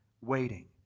waiting